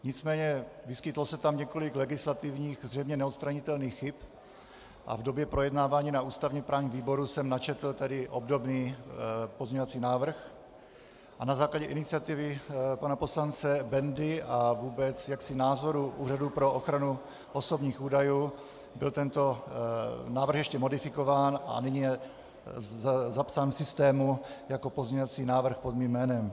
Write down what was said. Nicméně vyskytlo se tam několik legislativních zřejmě neodstranitelných chyb a v době projednávání na ústavněprávním výboru jsem načetl obdobný pozměňovací návrh a na základě iniciativy pana poslance Bendy a vůbec názoru Úřadu pro ochranu osobních údajů byl tento návrh ještě modifikován a nyní je zapsán v systému jako pozměňovací návrh pod mým jménem.